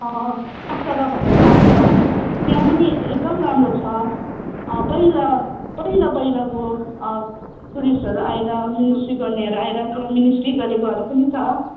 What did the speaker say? ताक्सागा भन्ने ठाउँ छ त्यहाँ पनि एकदम राम्रो छ पहिला पहिला पहिलाको टुरिस्टहरू आएर मिनिस्ट्र्री गर्नेहरू आएर त्यहाँ मिनिस्ट्री गरेको पनि छ